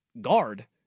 guard